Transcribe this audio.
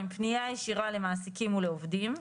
פנייה ישירה למעסיקים או לעובדים.